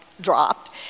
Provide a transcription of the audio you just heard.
dropped